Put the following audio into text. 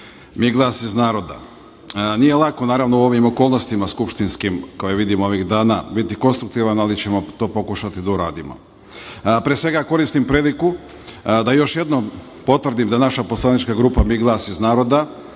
– Glas iz naroda“. Nije lako, naravno, u ovim okolnostima skupštinskim koje vidimo ovih dana biti konstruktivan, ali ćemo to pokušati da uradimo. Pre svega, koristim priliku da još jednom potvrdim da naša poslanička grupa „Mi – Glas iz naroda“